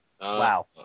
Wow